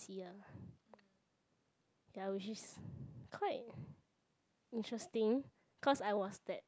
ya which is quite interesting cause I was that